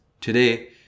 today